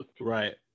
right